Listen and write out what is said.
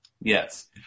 Yes